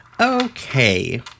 Okay